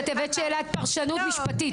את הבאת שאלת פרשנות משפטית.